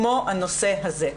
כמו הנושא הזה.